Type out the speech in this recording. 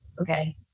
okay